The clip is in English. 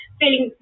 feeling